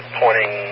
pointing